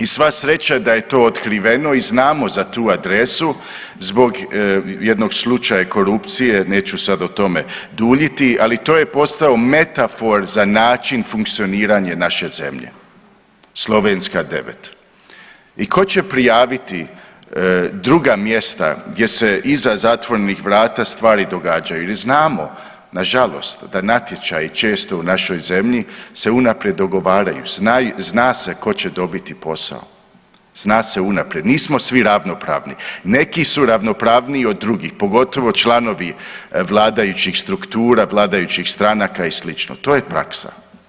I sva sreća da je to otkriveno i znamo za tu adresu zbog jednog slučaja korupcije, neću sad o tome duljiti, ali to je postao metafor za način funkcioniranja naše zemlje, Slovenska 9 i ko će prijaviti druga mjesta gdje se iza zatvorenih vrata stvari događaju jer znamo nažalost da natječaji često u našoj zemlji se unaprijed dogovaraju, zna se ko će dobiti posao, zna se unaprijed, nismo svi ravnopravni, neki su ravnopravniji od drugih, pogotovo članovi vladajućih struktura, vladajućih stranaka i slično, to je praksa.